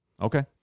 Okay